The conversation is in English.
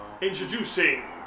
Introducing